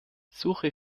suche